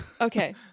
Okay